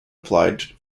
applied